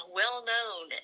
well-known